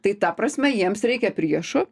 tai ta prasme jiems reikia priešo